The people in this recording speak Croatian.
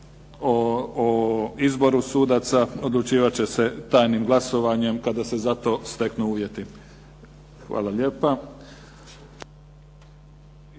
o izboru sudaca odlučivat će se tajnim glasovanjem kada se za to steknu uvjeti. Hvala lijepa.